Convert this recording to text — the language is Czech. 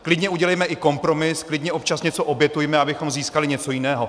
Klidně udělejme i kompromis, klidně občas něco obětujme, abychom získali něco jiného.